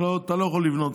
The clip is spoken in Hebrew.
אתה לא יכול לבנות